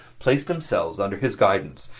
placed themselves under his guidance,